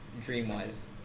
dream-wise